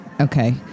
okay